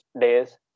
days